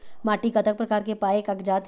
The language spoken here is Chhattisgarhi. माटी कतक प्रकार के पाये कागजात हे?